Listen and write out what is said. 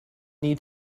need